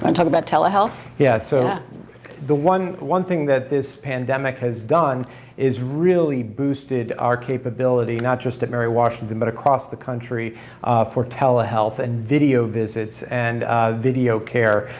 um talk about telehealth? yeah so the one one thing that this pandemic has done is really boosted our capability not just at mary washington but across the country for telehealth and video visits and video care,